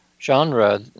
genre